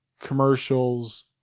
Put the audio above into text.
commercials